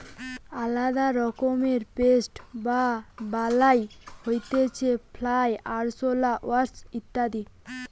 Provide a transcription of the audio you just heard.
আলদা রকমের পেস্ট বা বালাই হতিছে ফ্লাই, আরশোলা, ওয়াস্প ইত্যাদি